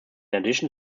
addition